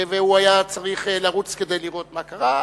והוא היה צריך לרוץ כדי לראות מה קרה,